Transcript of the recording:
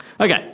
Okay